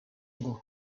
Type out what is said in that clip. ngo